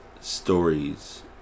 stories